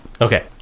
Okay